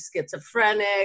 schizophrenic